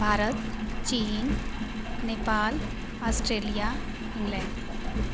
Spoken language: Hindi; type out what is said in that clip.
भारत चीन नेपाल आस्ट्रेलिया इंग्लैंड